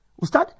Ustad